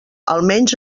almenys